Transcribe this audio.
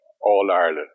all-Ireland